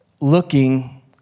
looking